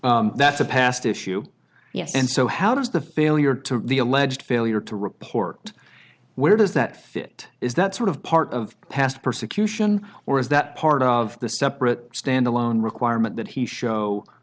that's a past issue yes and so how does the failure to the alleged failure to report where does that fit is that sort of part of the past persecution or is that part of the separate standalone requirement that he show